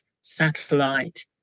satellite